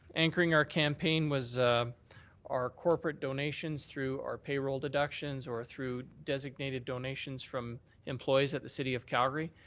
anchoring our campaign was our corporate donations through our payroll deductions or through designated donations from employees at the city of calgary.